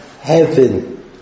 heaven